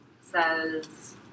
says